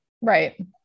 right